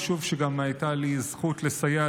יישוב שגם הייתה לי זכות לסייע